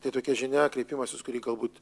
tai tokia žinia kreipimąsis kurį galbūt